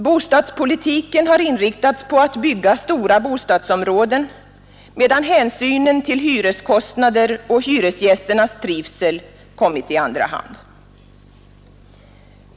Bostadspolitiken har inriktats på att bygga stora bostadsområden, medan hänsynen till hyreskostnader och hyresgästernas trivsel kommit i andra hand.